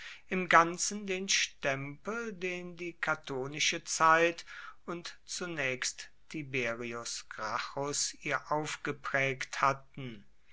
im ganzen den stempel den die catonische zeit und zunächst tiberius gracchus ihr aufgeprägt hatten